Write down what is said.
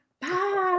Bye